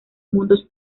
mundos